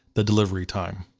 the delivery time.